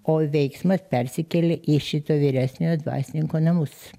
o veiksmas persikėlė į šito vyresniojo dvasininko namus